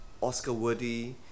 Oscar-worthy